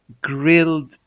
grilled